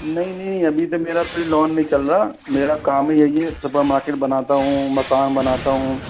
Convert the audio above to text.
नहीं नहीं अभी तक मेरा कोई लोन नहीं चल रहा मेरा काम ही यही है सुपर मार्केट बनाता हूँ मकान बनाता हूँ